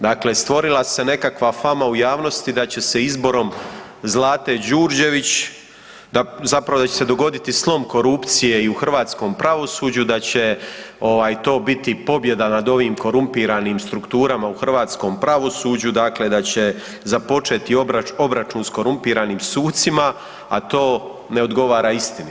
Dakle, stvorila se nekakva fama u javnosti da će se izborom Zlate Đurđević, zapravo da će se dogoditi slom korupcije i u hrvatskom pravosuđu, da će ovaj to biti pobjeda nad ovim korumpiranim strukturama u hrvatskom pravosuđu, dakle da će započeti obračun s korumpiranim sucima, a to ne odgovara istini.